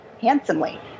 handsomely